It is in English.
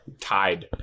tied